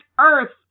Earth